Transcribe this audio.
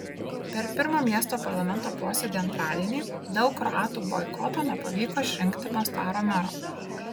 per pirmą miesto parlamento posėdį antradienį dėl kroatų boikoto nepavyko išrinkti mostaro mero